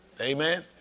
Amen